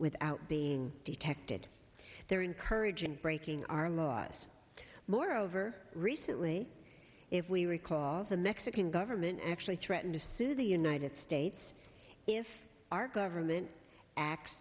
without being detected they're encouraging breaking our laws moreover recently if we recall the mexican government actually threatened to sue the united states if our government a